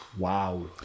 Wow